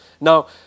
Now